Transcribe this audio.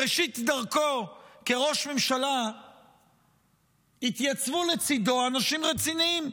בראשית דרכו כראש ממשלה התייצבו לצידו אנשים רציניים.